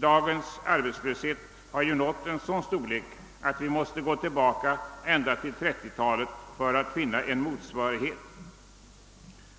Dagens arbetslöshetssiffror har nått en sådan storlek, att vi måste gå tillbaka ända till 1930-talet för att finna en motsvarighet till dem.